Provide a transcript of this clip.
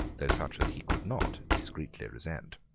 though such as he could not discreetly resent.